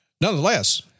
Nonetheless